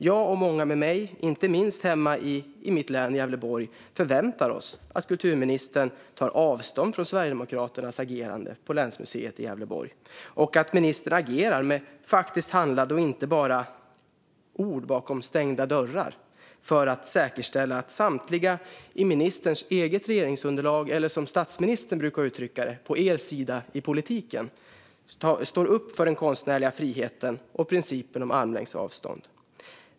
Jag och många med mig, inte minst i mitt hemlän Gävleborg, förväntar oss att kulturministern tar avstånd från Sverigedemokraternas agerande på länsmuseet i Gävleborg och att ministern agerar med faktiskt handlande och inte bara ord bakom stängda dörrar för att säkerställa att samtliga i ministerns regeringsunderlag, eller som statsministern brukar uttrycka det "på vår sida av politiken", står upp för den konstnärliga friheten och principen om armlängds avstånd.